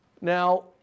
Now